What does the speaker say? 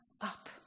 up